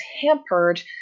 hampered